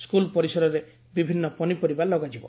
school ପରିସରରେ ବିଭିନ୍ଦ ପନିପରିବା ଲଗାଯିବ